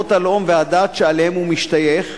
לרבות הלאום והדת שאליהם הוא משתייך.